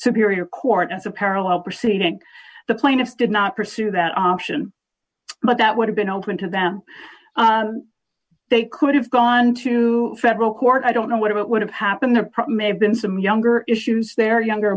superior court as a parallel proceeding the plaintiff did not pursue that option but that would have been open to them they could have gone to federal court i don't know what it would have happened to may have been some younger issues they're younger